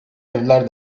evler